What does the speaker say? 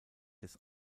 des